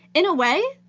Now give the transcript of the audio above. in a way,